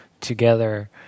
together